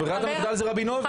ברירת המחדל היא רבינוביץ'.